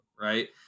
Right